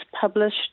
published